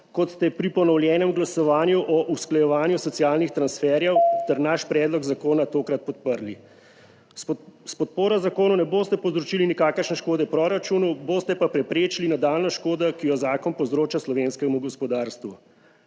kot ste pri ponovljenem glasovanju o usklajevanju socialnih transferjev ter naš predlog zakona tokrat podprli. S podporo zakonu ne boste povzročili nikakršne škode proračunu, boste pa preprečili nadaljnjo škodo, ki jo 10. TRAK: (SB) –